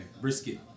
brisket